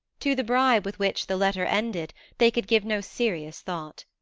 to the bribe with which the letter ended they could give no serious thought.